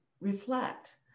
reflect